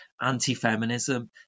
anti-feminism